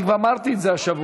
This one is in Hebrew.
אני כבר אמרתי את זה השבוע,